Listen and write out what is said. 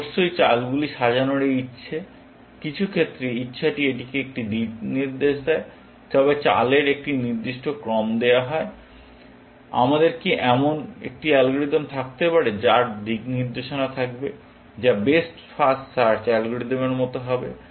অবশ্যই চালগুলি সাজানোর এই ইচ্ছা কিছু ক্ষেত্রে ইচ্ছাটি এটিকে একটি দিকনির্দেশ দেয় তবে চালের একটি নির্দিষ্ট ক্রম দেওয়া হয় আমাদের কি এমন একটি অ্যালগরিদম থাকতে পারে যার দিক নির্দেশনা থাকবে যা বেস্ট ফার্স্ট সার্চ অ্যালগরিদমের মতো হবে